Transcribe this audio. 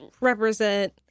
represent